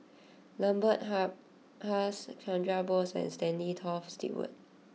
Lambert Has Chandra Bose and Stanley Toft Stewart